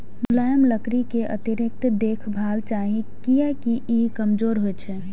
मुलायम लकड़ी कें अतिरिक्त देखभाल चाही, कियैकि ई कमजोर होइ छै